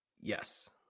Yes